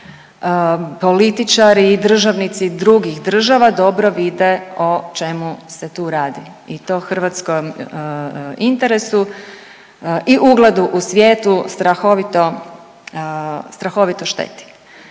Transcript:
tako i političari i državnici drugih država dobro vide o čemu se tu radi i to hrvatskom interesu i ugledu u svijetu strahovito,